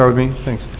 um me, thanks.